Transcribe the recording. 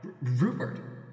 Rupert